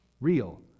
real